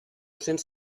cents